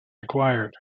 acquired